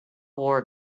wore